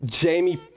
jamie